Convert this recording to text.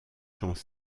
gens